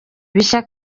bishya